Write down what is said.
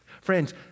Friends